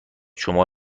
شما